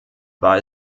war